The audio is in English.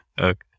Okay